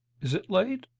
is it late?